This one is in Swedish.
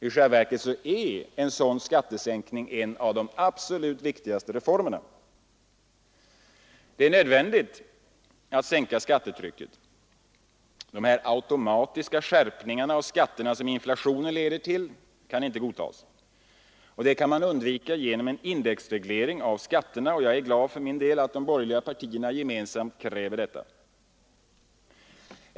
I själva verket är en sådan skattesänkning en av de absolut viktigaste reformerna. Det är nödvändigt att sänka skattetrycket. De automatiska skärpningar av skatterna som inflationen leder till kan inte godtas. Dem kan man undvika genom en indexreglering av skatterna, och jag är glad över att de borgerliga partierna gemensamt kräver detta.